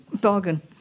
bargain